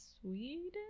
Sweden